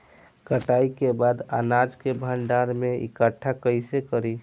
कटाई के बाद अनाज के भंडारण में इकठ्ठा कइसे करी?